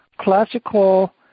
classical